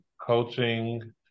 coaching